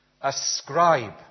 Ascribe